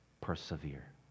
persevere